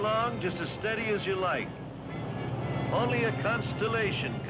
along just as steady as you like only a constellation